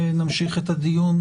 ונמשיך את הדיון.